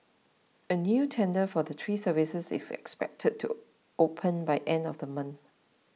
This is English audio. a new tender for the three services is expected to open by end of the month